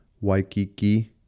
Waikiki